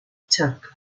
charcas